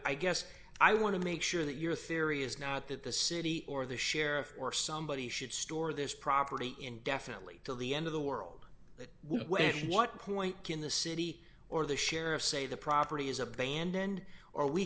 guess i want to make sure that your theory is not that the city or the sheriff or somebody should store this property indefinitely to the end of the world which is what point in the city or the sheriff say the property is abandoned or we